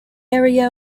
area